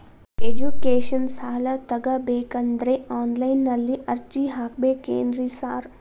Education ಸಾಲ ತಗಬೇಕಂದ್ರೆ online ನಲ್ಲಿ ಅರ್ಜಿ ಹಾಕ್ಬೇಕೇನ್ರಿ ಸಾರ್?